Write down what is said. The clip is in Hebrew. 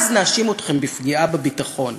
אז נאשים אתכם בפגיעה בביטחון.